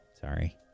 sorry